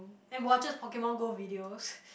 and watches Pokemon-Go videos